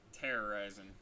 Terrorizing